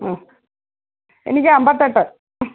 ഉം എനിക്ക് അമ്പത്തെട്ട്